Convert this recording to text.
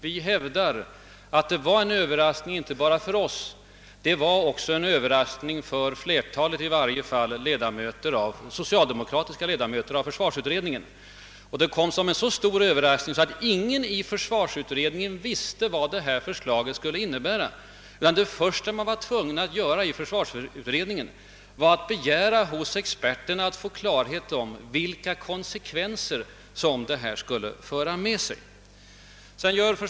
Vi hävdar att det var en Ööverraskning inte bara för oss utan också för i varje fall flertalet socialdemokratiska ledamöter av utredningen. Att förslaget kom som en överraskning framgår av att ingen i försvarsutredningen visste vad det skulle innebära. Det första man var tvungen att göra var att hos experterna begära att få klarhet om vilka konsekvenser som det skulle föra med sig.